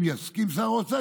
אם יסכים שר האוצר,